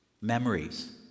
Memories